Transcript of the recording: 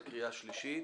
על סדר-היום: